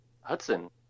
Hudson